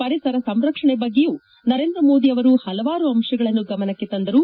ಪರಿಸರ ಸಂರಕ್ಷಣೆ ಬಗ್ಗೆಯೂ ನರೇಂದ್ರ ಮೋದಿ ಅವರು ಹಲವಾರು ಅಂತಗಳನ್ನು ಗಮನಕ್ಕೆ ತಂದರು